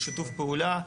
בשיתוף פעולה,